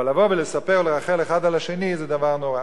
אבל לבוא ולספר, לרכל אחד על השני, זה דבר נורא.